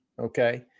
Okay